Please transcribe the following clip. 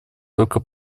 только